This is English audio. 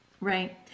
Right